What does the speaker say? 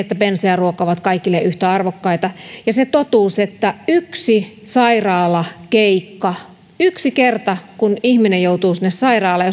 bensa ja ruoka ovat kaikille yhtä arvokkaita ja se on totuus että yksi sairaalakeikka yksi kerta kun ihminen joutuu sairaalaan